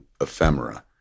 ephemera